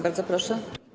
Bardzo proszę.